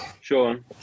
Sean